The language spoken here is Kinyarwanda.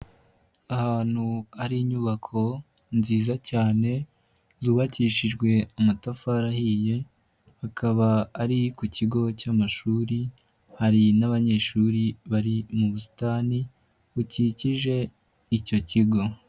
Ahantu hari inyubako nziza cyane, zubakishijwe amatafari ahiye, akaba ari ku kigo cy'amashuri, hari n'abanyeshuri bari mu busitani bukikije icyo kigo.